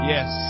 Yes